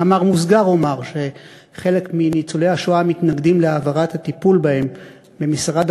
במאמר מוסגר אומר שחלק מניצולי השואה מתנגדים להעברת הטיפול בהם למשרד